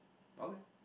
okay